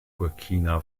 burkina